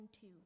two